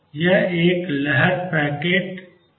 यह एक लहर पैकेट है